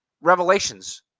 revelations